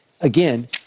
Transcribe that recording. again